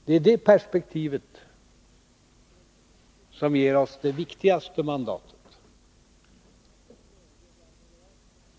Det är i det perspektivet som vi får det viktigaste mandatet.